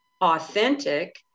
authentic